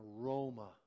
aroma